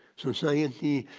society.